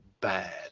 bad